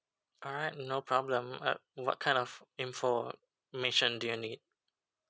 alright no problem uh what kind of information do you need